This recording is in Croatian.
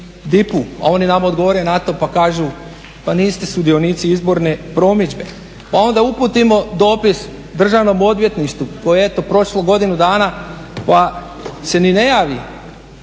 a oni nama odgovore na to pa kažu pa niste sudionici izborne promidžbe. Pa onda uputimo dopis Državno odvjetništvu koje je eto prošlo godinu dana pa se ni ne javi